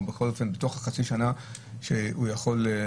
או בכל אופן תוך חצי שנה שהוא יכול,